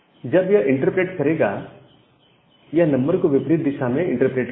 जब यह इंटरप्रेट करेगा यह नंबर को विपरीत दिशा में इंटरप्रेट करेगा